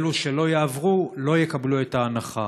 ואלו שלא יעברו לא יקבלו את ההנחה.